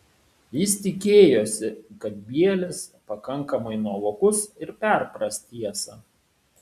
jis tikėjosi kad bielis pakankamai nuovokus ir perpras tiesą